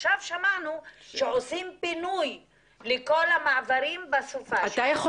עכשיו שמענו שעושים פינוי לכל המעברים בסופ"ש --- אתה יכול